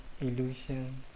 illusion